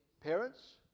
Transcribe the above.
Parents